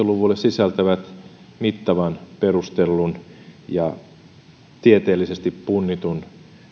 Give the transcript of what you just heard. luvulle sisältävät mittavan perustellun ja tieteellisesti punnitun